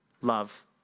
Love